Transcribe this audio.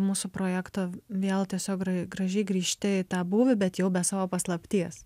mūsų projekto vėl tiesiog gra gražiai grįžti į tą būvį bet jau be savo paslapties